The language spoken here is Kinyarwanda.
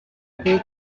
kuri